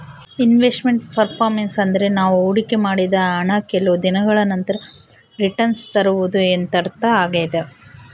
invest made performance ಅಂದ್ರೆ ನಾವು ಹೊಡಿಕೆ ಮಾಡಿದ ಹಣ ಕೆಲವು ದಿನಗಳ ನಂತರ ರಿಟನ್ಸ್ ತರುವುದು ಎಂದರ್ಥ ಆಗ್ಯಾದ